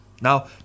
Now